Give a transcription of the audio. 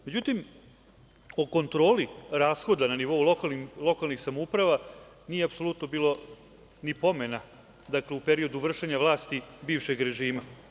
Međutim, o kontroli rashoda na nivou lokalnih samouprava nije apsolutno bilo ni pomena u periodu vršenja vlasti bivšeg režima.